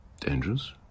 Dangerous